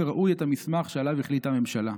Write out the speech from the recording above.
"כראוי את המסמך שעליו החליטה הממשלה.